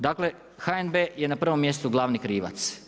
Dakle HNB je na prvom mjestu glavni krivac.